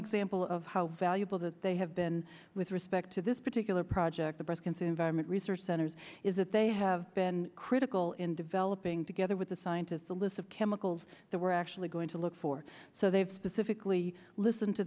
example of how valuable that they have been with respect to this particular project the breast cancer environment research centers is that they have been critical in developing together with the scientists the list of chemicals that we're actually going to look for so they've specifically listen to